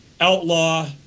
outlaw